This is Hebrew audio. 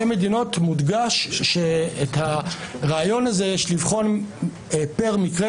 מדינות מודגש שאת הרעיון הזה יש לבחון פר מקרה,